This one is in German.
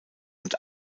und